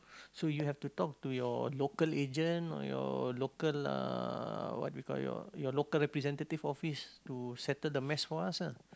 so you have to talk to your local agent or your local uh what we call your your local representative office to settle the mess for us ah